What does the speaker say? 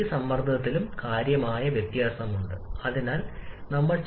76 ഏകദേശം 28 ആണ് അതായത് ഏകദേശം 274